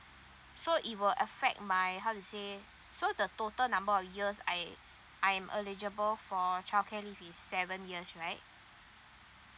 so it will affect my how to say so the total number of years I I'm eligible for childcare leave is seven years right